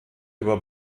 über